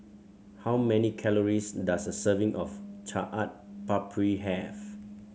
how many calories does a serving of Chaat Papri have